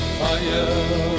fire